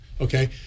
okay